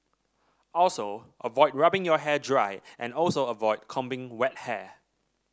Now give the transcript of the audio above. also avoid rubbing your hair dry and also avoid combing wet hair